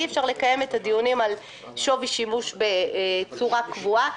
אי אפשר לקיים את הדיונים על שווי שימוש בצורה קבועה.